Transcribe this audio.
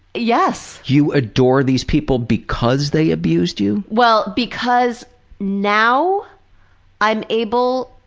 yes. you adore these people because they abused you? well, because now i'm able